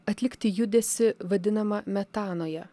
atlikti judesį vadinamą metanoje